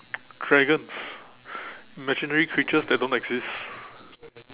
dragons imaginary creatures that don't exist